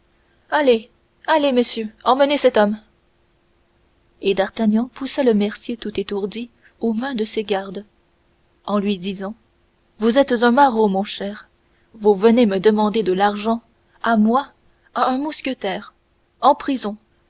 allez allez messieurs emmenez cet homme et d'artagnan poussa le mercier tout étourdi aux mains des gardes en lui disant vous êtes un maraud mon cher vous venez me demander de l'argent à moi à un mousquetaire en prison